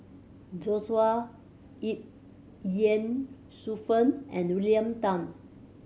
Joshua Ip Ye Shufang and William Tan